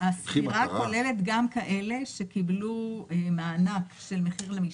הספירה כוללת גם כאלה שקיבלו מענק של מחיר למשתכן.